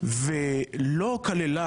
ולא כללה